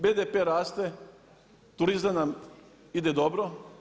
BDP raste, turizam nam ide dobro.